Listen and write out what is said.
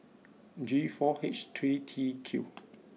G four H three T Q